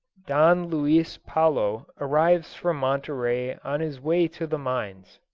don luis palo arrives from monterey on his way to the mines